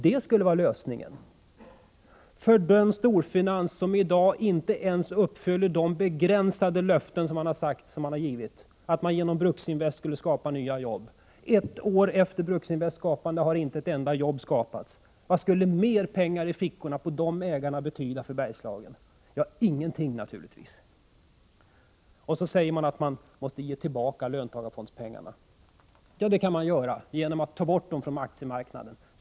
Det skulle vara lösningen för den storfinans som i dag inte ens uppfyller de begränsade löften som givits, dvs. att man genom Bruksinvest skulle skapa nya jobb. Ett år efter Bruksinvests tillkomst har inte ett enda jobb skapats. Vad skulle mer pengar i fickorna på de ägarna betyda för Bergslagen? Ingenting, naturligtvis. Och så säger man att man måste ge tillbaka löntagarfondspengarna, Ja, det kan man göra genom att ta bort dem från aktiemarknaden.